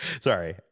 sorry